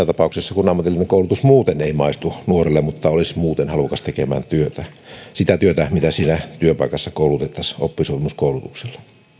tapauksessa kun ammatillinen koulutus muuten ei maistu nuorelle mutta tämä olisi muuten halukas tekemään työtä sitä työtä mitä siinä työpaikassa koulutettaisiin oppisopimuskoulutuksella